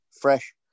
fresh